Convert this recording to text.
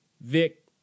Vic